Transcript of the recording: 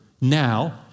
now